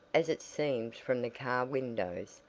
as it seemed from the car windows,